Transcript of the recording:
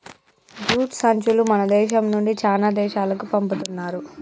jute సంచులు మన దేశం నుండి చానా దేశాలకు పంపుతున్నారు